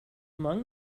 among